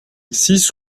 six